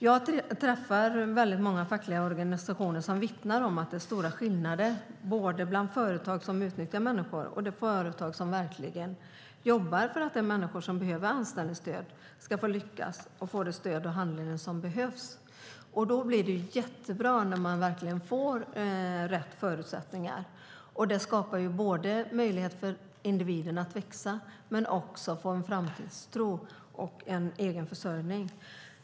Jag träffar väldigt många fackliga representanter som vittnar om att det finns stora skillnader mellan företag som utnyttjar människor och företag som verkligen anstränger sig för att de människor som behöver anställningsstöd ska lyckas och få den handledning som behövs. Resultatet kan bli jättebra om förutsättningarna är de rätta. Det skapar möjlighet för individen att växa, skapa framtidstro och för att han eller hon ska få en egen försörjning.